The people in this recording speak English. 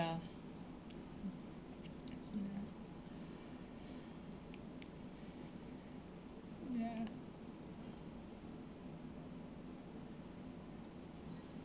ya